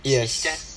yes